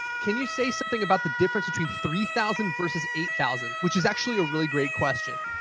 can you say something about the difference between three thousand versus eight thousand? which is actually a really great question.